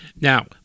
now